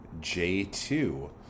J2